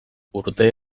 urte